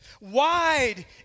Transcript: Wide